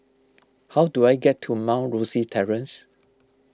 how do I get to Mount Rosie Terrace